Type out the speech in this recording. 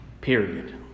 period